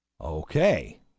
Okay